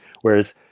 Whereas